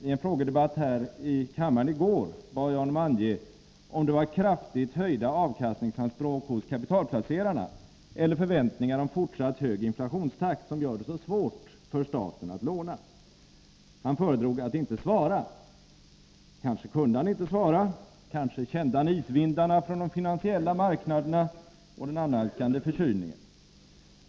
I en frågedebatt här i kammaren i går bad jag honom att ange om det är kraftigt höjda avkastningsanspråk hos kapitalplacerarna eller förväntningar om fortsatt hög inflationstakt som gör det så svårt för staten att låna. Han föredrog att inte svara. Kanske kunde han inte svara. Kanske kände han isvindarna från de finansiella marknaderna och den annalkande förkylningen.